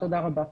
תודה רבה.